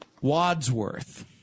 Wadsworth